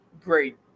great